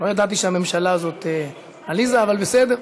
לא ידעתי שהממשלה זאת עליזה, אבל בסדר.